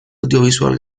audiovisual